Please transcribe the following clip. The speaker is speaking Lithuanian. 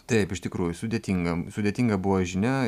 taip iš tikrųjų sudėtinga sudėtinga buvo žinia